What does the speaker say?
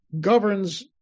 governs